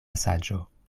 saĝo